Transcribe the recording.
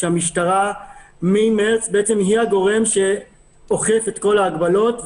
שהמשטרה מחודש מרץ היא הגורם שאוכף את כל ההגבלות,